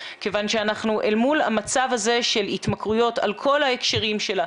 כיוון שאנחנו אל מול המצב הזה של התמכרויות על כל ההקשרים שלה,